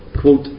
quote